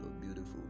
beautiful